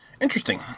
Interesting